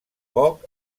poc